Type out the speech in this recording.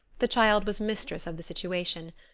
the child was mistress of the situation.